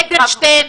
אדלשטיין,